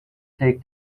take